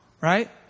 right